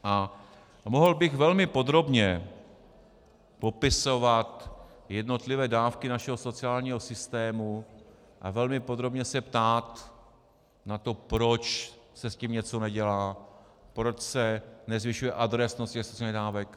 A mohl bych velmi podrobně popisovat jednotlivé dávky našeho sociálního systému a velmi podrobně se ptát na to, proč se s tím něco nedělá, proč se nezvyšuje adresnost těch sociálních dávek.